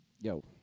Yo